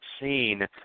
seen